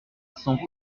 cents